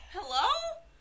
Hello